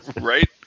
Right